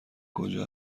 کجا